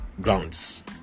grounds